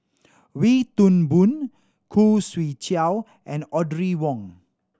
Wee Toon Boon Khoo Swee Chiow and Audrey Wong